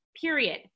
period